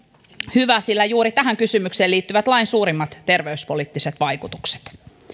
hyvä sillä juuri tähän kysymykseen liittyvät lain suurimmat terveyspoliittiset vaikutukset